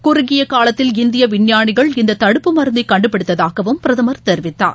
குறுகிய காலத்தில் இந்திய விஞ்ஞானிகள் இந்த தடுப்பு மருந்தை கண்டுபிடித்ததாகவும் பிரதமர் தெரிவித்தார்